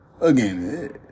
again